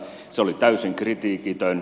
se oli täysin kritiikitön